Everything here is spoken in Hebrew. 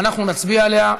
אנחנו נצביע עליה,